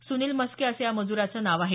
सुनिल मस्के असं या मजुराचं नाव आहे